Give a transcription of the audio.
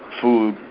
food